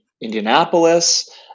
Indianapolis